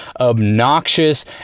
obnoxious